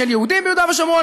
של יהודים ביהודה ושומרון,